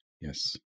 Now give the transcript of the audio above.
Yes